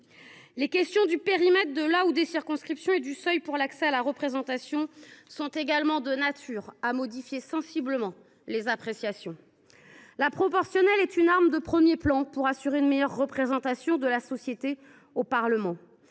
Les questions du périmètre de la ou des circonscriptions et du seuil pour l’accès à la représentation sont également de nature à modifier sensiblement les appréciations. La proportionnelle est une arme de premier plan pour assurer une meilleure représentation de la société au Parlement.